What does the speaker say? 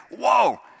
Whoa